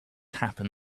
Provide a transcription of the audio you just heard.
happen